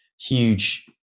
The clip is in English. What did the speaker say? huge